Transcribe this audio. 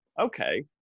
okay